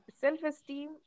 Self-esteem